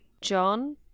John